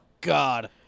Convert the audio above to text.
God